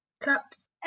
Cups